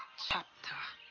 chapter.